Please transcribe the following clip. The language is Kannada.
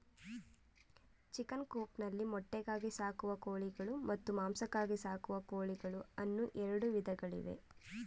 ಚಿಕನ್ ಕೋಪ್ ನಲ್ಲಿ ಮೊಟ್ಟೆಗಾಗಿ ಸಾಕುವ ಕೋಳಿಗಳು ಮತ್ತು ಮಾಂಸಕ್ಕಾಗಿ ಸಾಕುವ ಕೋಳಿಗಳು ಅನ್ನೂ ಎರಡು ವಿಧಗಳಿವೆ